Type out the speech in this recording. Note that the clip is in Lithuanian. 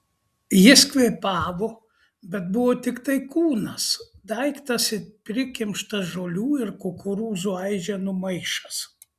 jis kvėpavo bet buvo tiktai kūnas daiktas it prikimštas žolių ir kukurūzų aiženų maišas